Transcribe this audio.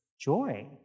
joy